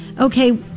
Okay